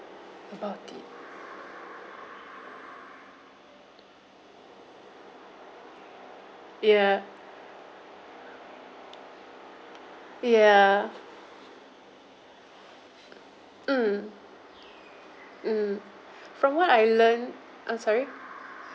ya ya mm mm from what I learn oh sorry